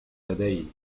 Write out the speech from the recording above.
لدي